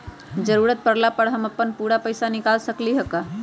जरूरत परला पर हम अपन पूरा पैसा निकाल सकली ह का?